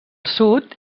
sud